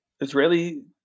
Israeli